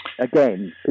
Again